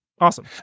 Awesome